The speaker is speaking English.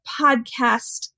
podcast